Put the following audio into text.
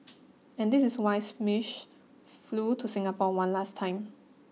and this is why Schmidt flew to Singapore one last time